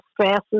stresses